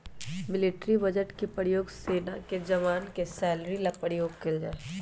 military budget के प्रयोग सेना के जवान के सैलरी ला प्रयोग कइल जाहई